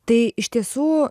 tai iš tiesų